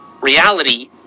reality